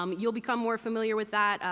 um you'll become more familiar with that.